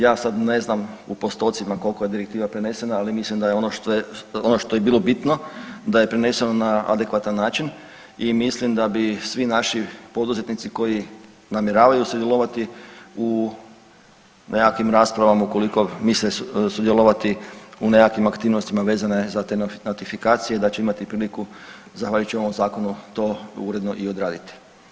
Ja sad ne znam u postocima koliko je direktiva prenesena, ali mislim da je ono što je bilo bitno, da je preneseno na adekvatan način i mislim da bi svi naši poduzetnici koji namjeravaju sudjelovati u nekakvim raspravama, ukoliko misle sudjelovati u nekakvim aktivnostima vezane za te notifikacije, da će imati priliku zahvaljujući ovom Zakonu to uredno i odraditi.